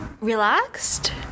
Relaxed